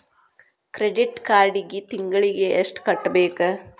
credit ಕಾರ್ಡಿಗಿ ತಿಂಗಳಿಗಿ ಎಷ್ಟ ಕಟ್ಟಬೇಕ